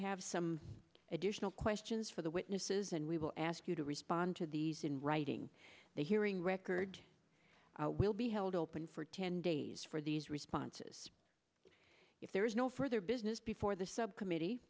have some additional questions for the witnesses and we will ask you to respond to these in writing the hearing record will be held open for ten days for these responses if there is no further business before the subcommittee